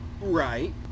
Right